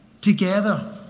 Together